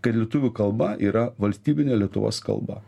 kad lietuvių kalba yra valstybinė lietuvos kalba